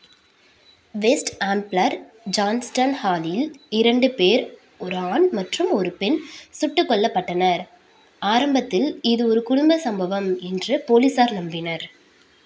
west Ambler Johnston ஹாலில் இரண்டு பேர் ஒரு ஆண் மற்றும் ஒரு பெண் சுட்டுக் கொல்லப்பட்டனர் ஆரம்பத்தில் இது ஒரு குடும்ப சம்பவம் என்று போலீசார் நம்பினர்